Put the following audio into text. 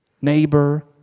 neighbor